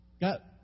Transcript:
got